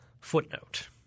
footnote